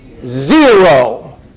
Zero